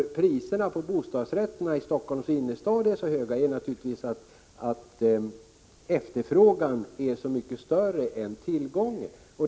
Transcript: Att priserna på bostadsrätter i Helsingforss innerstad är så höga beror naturligtvis på att efterfrågan är så mycket större än tillgången.